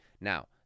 now